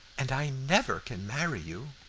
and i never can marry you.